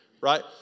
Right